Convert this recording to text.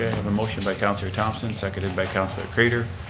motion by councillor thomson, seconded by councillor craitor.